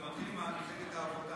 מיכאל מרדכי ביטון, מתן כהנא,